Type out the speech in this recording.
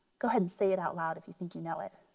go ahead and say it out loud if you think you know it.